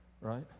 right